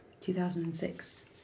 2006